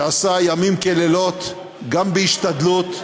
שעשה ימים כלילות גם בהשתדלות.